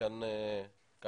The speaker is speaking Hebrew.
שלא